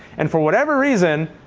and for whatever reason,